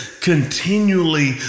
continually